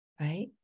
right